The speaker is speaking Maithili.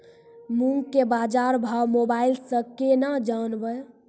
मूंग के बाजार भाव मोबाइल से के ना जान ब?